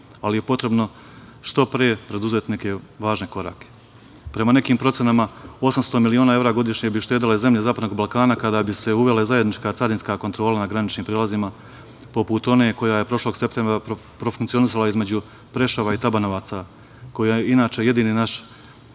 ali je potrebno što pre preduzeti neke važne korake. Prema nekim procenama 800 miliona eva godišnje bi uštedele zemlje zapadnog Balkana kada bi se uvele zajednička carinska kontrola na graničnim prelazima poput one koja je prošlog septembra profunkcionisala između Preševa i Tabanovaca koja je inače jedini naš,